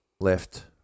Left